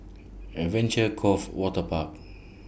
Adventure Cove Waterpark